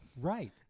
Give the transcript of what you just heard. right